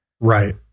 Right